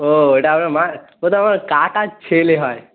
ও এটা আপনার মার ও তো আমার কাকার ছেলে হয়